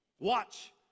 Watch